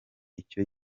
icyo